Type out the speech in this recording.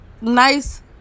nice